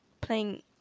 playing